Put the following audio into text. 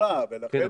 שונה ולכן --- כן,